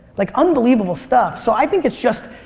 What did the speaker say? like unbelievable stuff. so i think it's just,